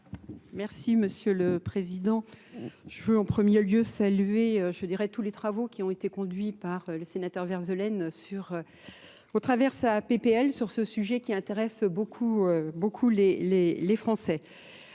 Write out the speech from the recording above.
Merci Monsieur le Président. Je veux en premier lieu saluer tous les travaux qui ont été conduits par le Sénateur Verzelaine au travers sa PPL sur ce sujet qui intéresse beaucoup les Français.